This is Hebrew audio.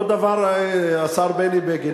אותו דבר השר בני בגין,